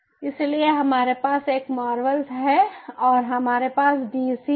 इसलिए हमारे पास एक मार्वल्स है और हमारे पास डीसीहै